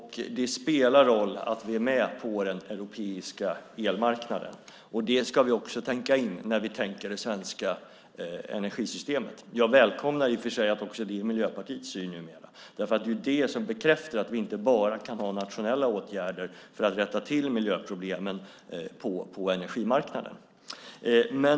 Det spelar roll att vi är med på den europeiska elmarknaden. Det ska vi också tänka in när det gäller det svenska energisystemet. Jag välkomnar att det numera också är Miljöpartiets syn. Det är det som bekräftar att vi inte bara kan ha nationella åtgärder för att rätta till miljöproblemen på energimarknaden.